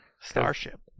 starship